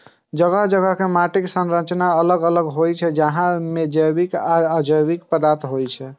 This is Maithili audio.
जगह जगह के माटिक संरचना अलग अलग होइ छै, जाहि मे जैविक आ अजैविक पदार्थ रहै छै